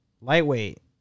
Lightweight